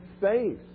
faith